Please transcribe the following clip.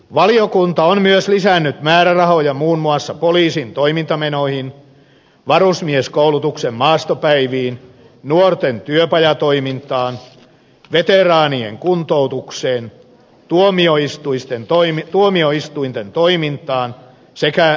valiokunta on myös lisännyt määrärahoja muun muassa poliisin toimintamenoihin varusmieskoulutuksen maastopäiviin nuorten työpajatoimintaan veteraanien kuntoutukseen tuomioistuinten toimintaan sekä päihdeäitien hoitoon